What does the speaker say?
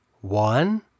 One